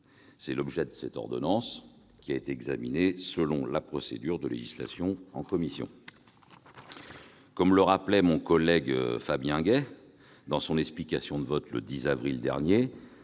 C'est l'objet de ce projet de loi, qui a été examiné selon la procédure de législation en commission. Comme le rappelait mon collègue Fabien Gay dans son explication de vote du 10 avril dernier,